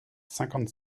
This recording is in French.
cinquante